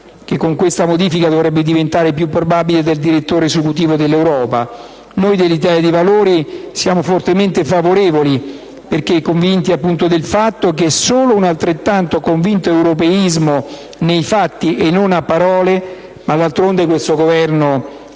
che con questa modifica dovrebbe diventare più probabile - del direttore esecutivo per l'Europa. Noi del Gruppo Italia dei Valori siamo fortemente favorevoli, perché convinti del fatto che solo un altrettanto convinto europeismo, nei fatti e non a parole (d'altronde questo Governo